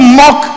mock